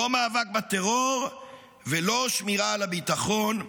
לא מאבק בטרור ולא שמירה על הביטחון,